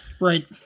Right